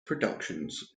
productions